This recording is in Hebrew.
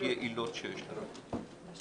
הפחות-יעילות שיש לנו.